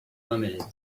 limited